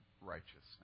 righteousness